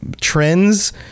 trends